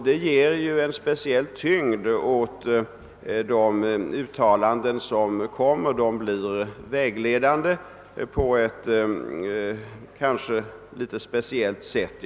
Det ger en speciell tyngd åt utslagen, som blir vägledande på ett speciellt sätt.